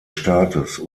staates